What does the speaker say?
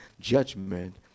judgment